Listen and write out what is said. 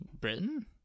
Britain